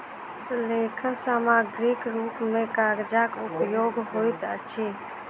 लेखन सामग्रीक रूप मे कागजक उपयोग होइत अछि